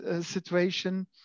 situation